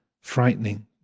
frightening